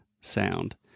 sound